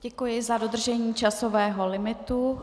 Děkuji za dodržení časového limitu.